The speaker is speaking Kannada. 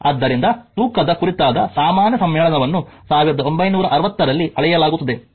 ಆದ್ದರಿಂದ ತೂಕದ ಕುರಿತಾದ ಸಾಮಾನ್ಯ ಸಮ್ಮೇಳನವನ್ನು 1960 ರಲ್ಲಿ ಅಳೆಯಲಾಗುತ್ತದೆ